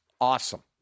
awesome